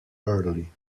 early